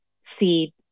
see